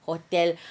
hotel